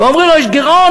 ואומרים לו: יש גירעון.